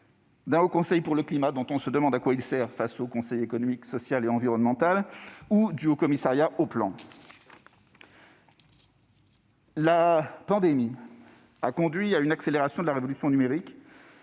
d'un Haut Conseil pour le climat, dont on se demande à quoi il sert face au Conseil économique, social et environnemental ou au Haut-Commissariat au plan. La pandémie a conduit à une accélération de la révolution numérique,